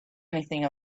anything